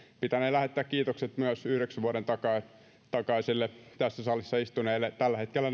pitänee lähettää kiitokset myös yhdeksän vuoden takaisille tässä salissa istuneille tällä hetkellä